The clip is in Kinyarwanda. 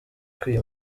kwiha